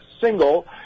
single